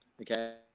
okay